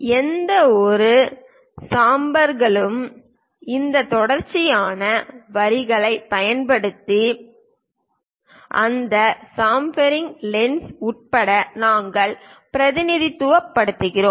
எந்தவொரு சாம்ஃபர்களும் இந்த தொடர்ச்சியான வரிகளைப் பயன்படுத்தி அந்த சாம்ஃபெரிங் லென்ஸ் உட்பட நாங்கள் பிரதிநிதித்துவப்படுத்துகிறோம்